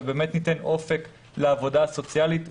ובאמת ניתן אופק לעבודה הסוציאלית.